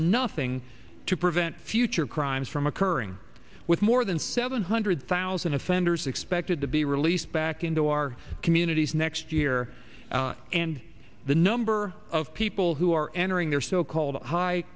nothing to prevent future crimes from occurring with more than seven hundred thousand offenders expected to be released back into our communities next year and the number of people who are entering their so called high